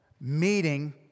meeting